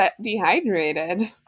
dehydrated